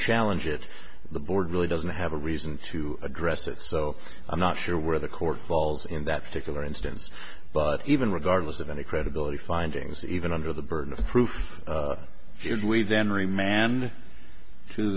challenge it the board really doesn't have a reason to address it so i'm not sure where the court falls in that particular instance but even regardless of any credibility findings even under the burden of proof then remain t